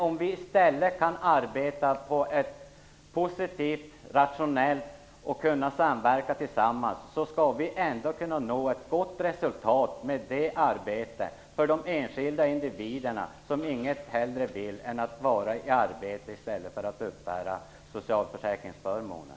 Om vi i stället kan arbeta på ett positivt och rationellt sätt och samverka tillsammans skall vi ändå kunna nå ett gott resultat med det arbetet för de enskilda individerna, som inget hellre vill än att vara i arbete i stället för att uppbära socialförsäkringsförmåner.